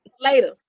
later